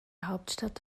hauptstadt